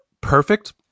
perfect